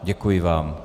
Děkuji vám.